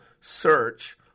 search